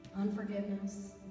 Unforgiveness